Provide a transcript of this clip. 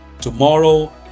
tomorrow